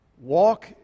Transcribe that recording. walk